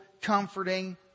comforting